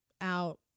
out